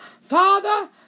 father